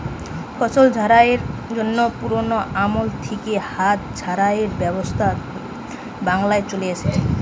ফসল ঝাড়াইয়ের জন্যে পুরোনো আমল থিকে হাত ঝাড়াইয়ের ব্যবস্থা বাংলায় চলে আসছে